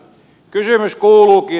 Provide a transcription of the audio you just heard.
kysymys kuuluukin